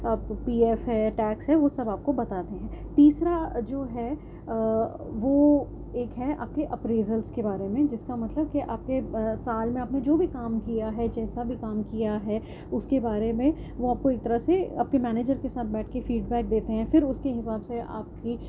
آپ کو P F ہے ٹیکس ہے وہ سب آپ کو بتاتے ہیں تیسرا جو ہے وہ ایک ہے آپ کے اپریزلس کے بارے میں جس کا مطلب کہ آپ کے سال میں آپ نے جو بھی کام کیا ہے جیسا بھی کام کیا ہے اس کے بارے میں وہ آپ کو ایک طرح سے آپ کے مینیجر کے ساتھ بیٹھ کے فیڈ بیک دیتے ہیں پھر اس کے حساب سے آپ کی